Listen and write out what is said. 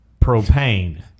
Propane